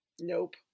Nope